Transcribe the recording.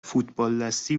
فوتبالدستی